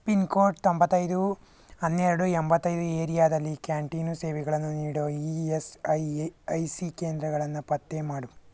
pin code ತೊಂಬತ್ತೈದು ಹನ್ನೆರಡುರ್ಡು ಎಂಬತ್ತೈದು ಏರಿಯಾದಲ್ಲಿ ಕ್ಯಾಂಟೀನು ಸೇವೆಗಳನ್ನು ನೀಡೊ E E S I A I C ಕೇಂದ್ರಗಳನ್ನು ಪತ್ತೆ ಮಾಡು